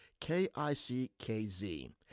K-I-C-K-Z